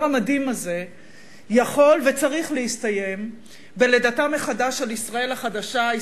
יכול וצריך להסתיים בלידתה מחדש של ישראל החדשה,